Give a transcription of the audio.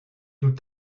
nous